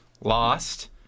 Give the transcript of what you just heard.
lost